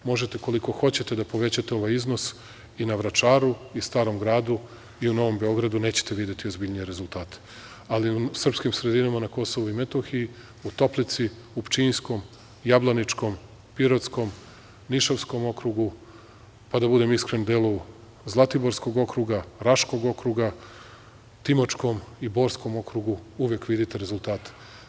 Možete koliko hoćete da povećate ovaj iznos i na Vračaru, i Starom Gradu, i u Novom Beogradu, nećete videti ozbiljnije rezultate, ali u srpskim sredinama na Kosovu i Metohiji, u Toplici, u Pčinjskom, Jablaničkom, Pirotskom, Nišavskom okrugu, pa, da budem iskren, delu Zlatiborskog okruga, Raškog okruga, Timočkom i Borskom okrugu, uvek vidite rezultate.